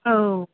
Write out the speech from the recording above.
औ